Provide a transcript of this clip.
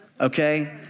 okay